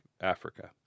Africa